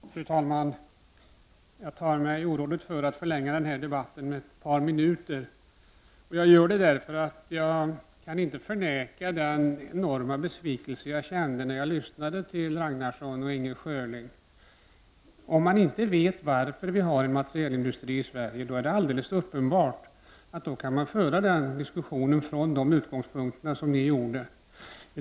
Fru talman! Jag tar mig orådet före att förlänga den här debatten med ett par minuter. Jag gör det eftersom jag inte kan förneka den enorma besvikelse jag kände när jag lyssnade till Jan-Olof Ragnarsson och Inger Schörling. Om man inte vet varför vi har en materielindustri i Sverige, kan man alldeles uppenbart föra den diskussionen utifrån de utgångspunkter ni gjorde.